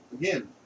again